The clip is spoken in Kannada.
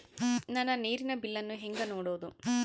ನನ್ನ ನೇರಿನ ಬಿಲ್ಲನ್ನು ಹೆಂಗ ನೋಡದು?